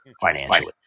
financially